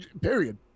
period